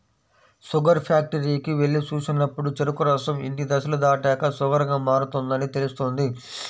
sugar ఫ్యాక్టరీకి వెళ్లి చూసినప్పుడు చెరుకు రసం ఇన్ని దశలు దాటాక షుగర్ గా మారుతుందని తెలుస్తుంది